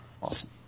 Awesome